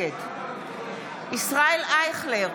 נגד ישראל אייכלר,